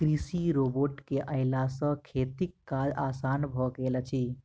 कृषि रोबोट के अयला सॅ खेतीक काज आसान भ गेल अछि